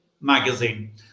magazine